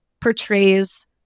portrays